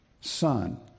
son